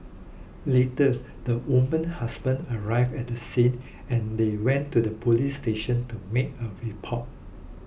later the woman husband arrived at the scene and they went to the police station to make a report